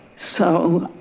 so,